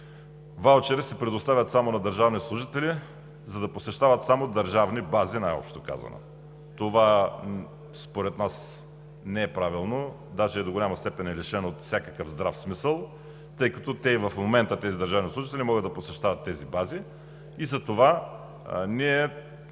ваучери се предоставят само на държавни служители, за да посещават само държавни бази, най-общо казано. Това според нас не е правилно, даже до голяма степен е лишено от всякакъв здрав смисъл, тъй като и в момента тези държавни служители могат да посещават тези бази. Затова ние